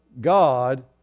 God